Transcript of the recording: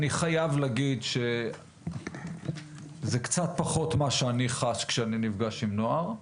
אני חייב להגיד שזה קצת פחות ממה שאני חש כשאני נפגש עם נוער,